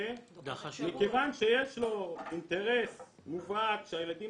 מכיוון שיש לו אינטרס מובהק שהילדים